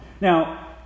Now